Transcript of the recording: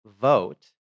vote